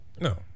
No